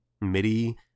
MIDI